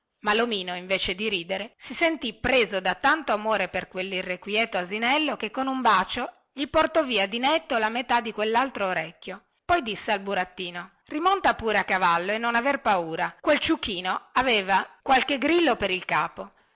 ma lomino invece di ridere si sentì preso da tanto amore per quellirrequieto asinello che con un bacio gli portò via di netto la metà di quellaltro orecchio poi disse al burattino rimonta pure a cavallo e non aver paura quel ciuchino aveva qualche grillo per il capo